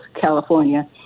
California